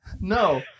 No